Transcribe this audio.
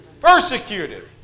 persecuted